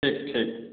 ठीक ठीक